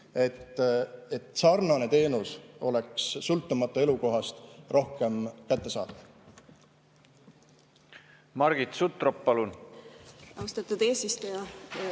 et sarnane teenus oleks sõltumata elukohast rohkem kättesaadav. Margit Sutrop, palun! Austatud eesistuja!